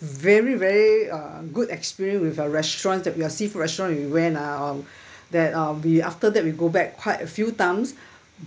very very uh good experience with a restaurant where seafood restaurant we went lah um that uh we after that we go back quite a few times